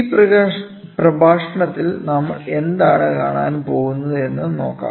ഈ പ്രഭാഷണത്തിൽ നമ്മൾ എന്താണ് കാണാൻ പോകുന്നത് എന്ന് നോക്കാം